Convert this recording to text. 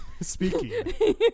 Speaking